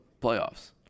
playoffs